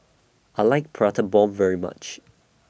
I like Prata Bomb very much